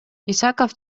исаков